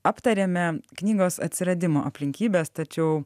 aptarėme knygos atsiradimo aplinkybes tačiau